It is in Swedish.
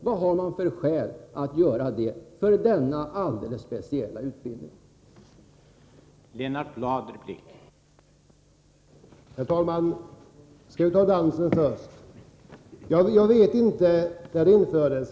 Vad har regeringen för skäl till att ge ett särskilt stöd för den alldeles speciella utbildning som dansarutbildningen är?